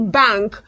bank